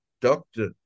doctor